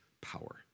power